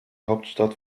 hauptstadt